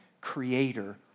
creator